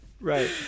right